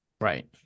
Right